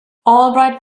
albright